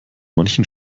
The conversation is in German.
manchen